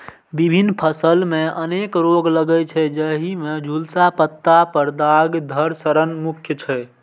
विभिन्न फसल मे अनेक रोग लागै छै, जाहि मे झुलसा, पत्ता पर दाग, धड़ सड़न मुख्य छै